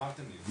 אמרתם לי,